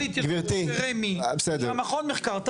תביאו את הנתונים שהמחלקה להתיישבות תראה מי.